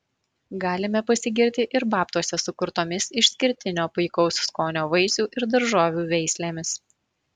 galime pasigirti ir babtuose sukurtomis išskirtinio puikaus skonio vaisių ir daržovių veislėmis